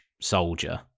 soldier